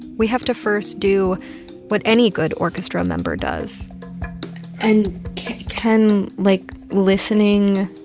we have to first do what any good orchestra member does and can, like, listening